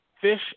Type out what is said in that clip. fish